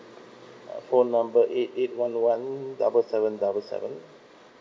uh phone number eight eight one one double seven double seven